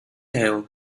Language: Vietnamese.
với